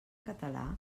català